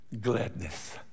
gladness